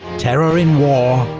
terror in war,